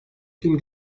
film